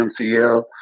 MCL